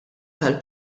tal